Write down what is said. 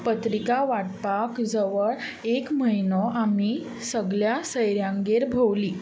पत्रिका वाटपाक जवळ एक म्हयनो आमी सगल्या सयऱ्यांगेर भोंवलीं